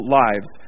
lives